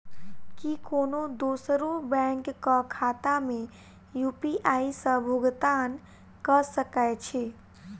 की कोनो दोसरो बैंक कऽ खाता मे यु.पी.आई सऽ भुगतान कऽ सकय छी?